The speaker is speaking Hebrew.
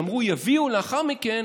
שאמרו שיביאו לאחר מכן